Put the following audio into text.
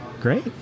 great